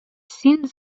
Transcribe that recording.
син